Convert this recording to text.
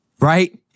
right